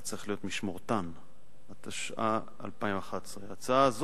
התשע"א 2011. זה